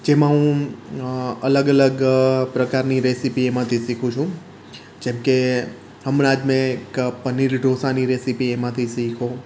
જેમાં હું અલગ અલગ પ્રકારની રેસીપી એમાંથી શીખું છું જેમકે હમણાં જ મેં એક પનીર ઢોસાની રેસીપી એમાંથી શીખ્યો